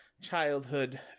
childhood